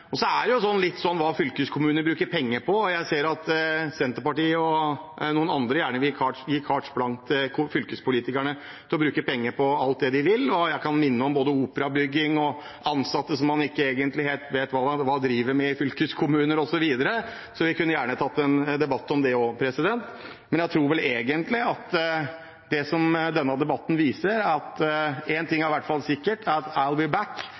Så handler dette også litt om hva fylkeskommunene bruker penger på, og jeg ser at Senterpartiet og noen andre gjerne vil gi fylkespolitikerne carte blanche til å bruke penger på alt det de vil – jeg kan minne om både operabygging og fylkeskommunalt ansatte som man ikke egentlig helt vet hva driver med, osv. Vi kunne gjerne tatt en debatt om det også. Men jeg tror at det denne debatten egentlig viser, er at én ting i hvert fall er sikkert: «I’ll be back.»